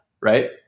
Right